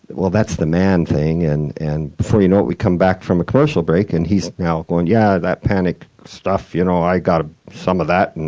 well, that's the man thing. and and before you know it, we come back from a commercial break and he's now going, yeah, that panic stuff, you know i got some of that.